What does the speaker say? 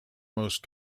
most